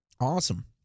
awesome